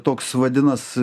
toks vadinas